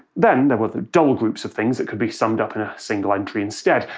then there were the dull groups of things that could be summed up in a single entry instead.